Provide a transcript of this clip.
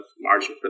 margin